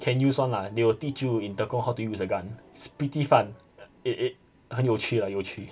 can use one lah they will teach you in tekong how to use a gun it's pretty fun it its 很有趣 lah 有趣